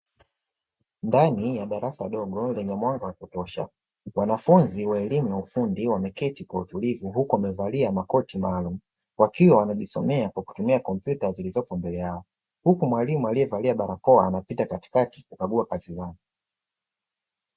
Ndani ya darasa dogo lenye mwanga wa kutosha, wanafunzi wa elimu ya ufundi wameketi kwa utulivu huku wamevalia makoti maalumu. Wakiwa wanajisomea kwa kutumia kompyuta zilizopo mbele yao, huku mwalimu alievalia barakoa anapita katikati kukagua kazi zao.